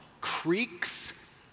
creaks